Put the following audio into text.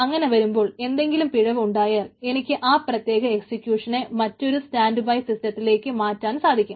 അങ്ങനെ വരുമ്പോൾ എന്തെങ്കിലും പിഴവ് ഉണ്ടായാൽ എനിക്ക് ആ പ്രത്യേക എക്സിക്യൂഷനെ മറ്റൊരു സ്റ്റാൻഡ്ബൈ സിസ്റ്റത്തിലേക്ക് മാറ്റാൻ സാധിക്കും